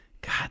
god